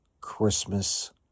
Christmas